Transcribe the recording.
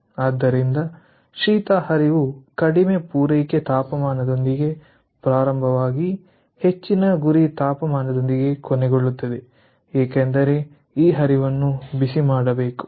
ಆದ್ದರಿಂದ ಶೀತ ಹರಿವು ಕಡಿಮೆ ಪೂರೈಕೆ ತಾಪಮಾನದೊಂದಿಗೆ ಪ್ರಾರಂಭವಾಗಿ ಹೆಚ್ಚಿನ ಗುರಿ ತಾಪಮಾನದೊಂದಿಗೆ ಕೊನೆಗೊಳ್ಳುತ್ತದೆ ಏಕೆಂದರೆ ಈ ಹರಿವನ್ನು ಬಿಸಿ ಮಾಡಬೇಕು